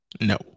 No